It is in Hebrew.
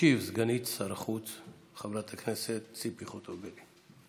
תשיב סגנית שר החוץ חברת הכנסת ציפי חוטובלי.